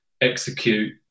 execute